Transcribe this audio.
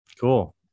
Cool